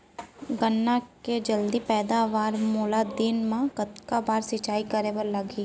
गन्ना के जलदी पैदावार बर, मोला दिन मा कतका बार सिंचाई करे बर लागही?